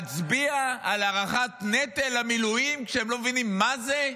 להצביע על הארכת נטל המילואים כשהם לא מבינים מה זה?